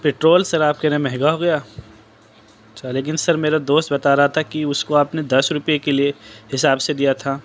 petrol sir آپ کہہ رہے ہیں مہنگا ہو گیا اچّھا لیکن سر میرا دوست بتا رہا تھا کہ اس کو آپ نے دس روپیے کے لیے حساب سے دیا تھا